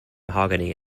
mahogany